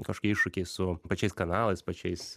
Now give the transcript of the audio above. kažkokie iššūkiai su pačiais kanalais pačiais